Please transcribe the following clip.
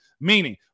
meaning